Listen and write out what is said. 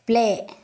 play